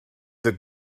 the